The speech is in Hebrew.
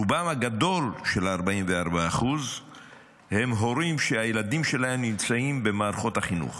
רובם הגדול של ה-44% הם הורים שהילדים שלהם נמצאים במערכות החינוך,